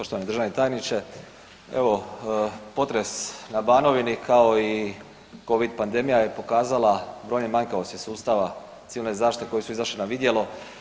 Poštovani državni tajniče, evo potres na banovini kao i COVID pandemija je pokazala brojne manjkavosti sustava civilne zaštite koji su izašli na vidjelo.